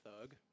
thug